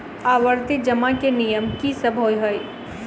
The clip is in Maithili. आवर्ती जमा केँ नियम की सब होइ है?